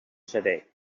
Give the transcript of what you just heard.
seré